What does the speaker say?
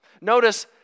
notice